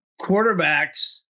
quarterbacks